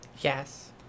Yes